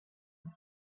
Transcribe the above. roof